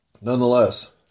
nonetheless